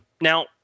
Now